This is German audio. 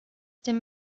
dem